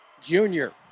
junior